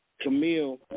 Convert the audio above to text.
Camille